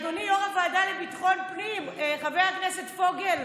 אדוני יו"ר הוועדה לביטחון פנים, חבר הכנסת פוגל,